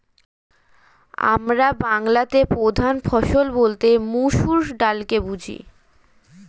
আমরা বাংলাতে প্রধান ফসল বলতে মসুর ডালকে বুঝি